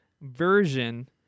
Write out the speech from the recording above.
version